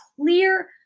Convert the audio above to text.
clear